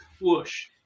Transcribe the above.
Whoosh